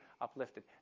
uplifted